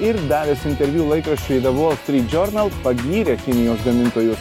ir davęs interviu laikraščiui the wall street journal pagyrė kinijos gamintojus